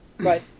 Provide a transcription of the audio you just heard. Right